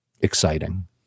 exciting